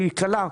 היא קלה.